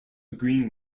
green